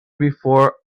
before